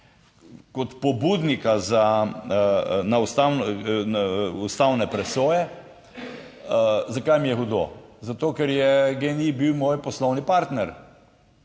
kot pobudnika za ustavno ustavne presoje. Zakaj mi je hudo? Zato, ker je genij bil moj poslovni partner